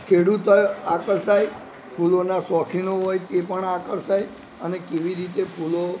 ખેડૂતોએ આકર્ષાઈ ફૂલોના શોખીનો હોય તે પણ આકર્ષાય અને કેવી રીતે ફૂલો